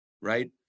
right